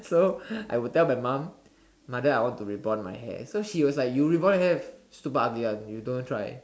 so I would tell my mom mother I want to rebond my hair so she was like you rebond your hair super ugly you don't try